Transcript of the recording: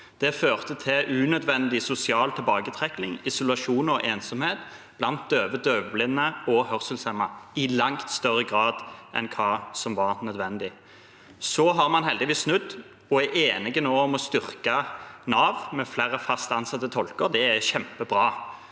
Det førte til unødvendig sosial tilbaketrekking, isolasjon og ensomhet blant døve, døvblinde og hørselshemmede, i langt større grad enn hva som var nødvendig. Så har man heldigvis snudd og er nå enig om å styrke Nav med flere fast ansatte tolker – det er kjempebra.